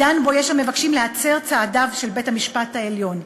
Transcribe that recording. עידן שבו יש המבקשים להצר את צעדיו של בית-המשפט העליון.